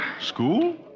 School